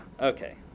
Okay